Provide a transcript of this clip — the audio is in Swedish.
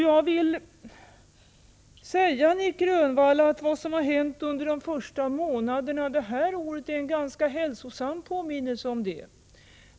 Jag vill också säga till Nic Grönvall att vad som har hänt under de första månaderna i år är en ganska hälsosam påminnelse om detta.